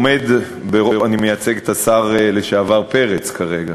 אני מייצג את השר לשעבר פרץ כרגע,